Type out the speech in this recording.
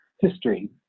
history